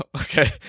Okay